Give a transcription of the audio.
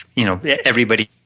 you know everybody,